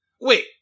Wait